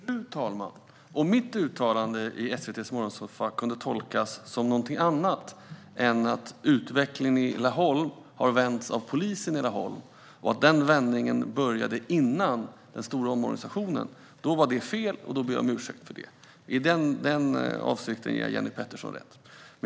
Fru talman! Om mitt uttalande i SVT:s morgonsoffa kunde tolkas som något annat än att utvecklingen i Laholm har vänts av polisen i Laholm och att denna vändning började före den stora omorganisationen var det fel, och då ber jag om ursäkt för det. I det avseendet ger jag Jenny Petersson rätt.